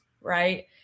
right